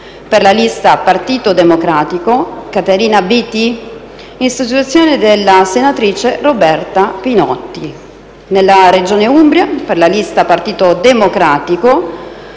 per la lista «Partito democratico», Caterina Biti, in sostituzione della senatrice Roberta Pinotti; nella Regione Umbria: per la lista «Partito democratico»,